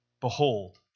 Behold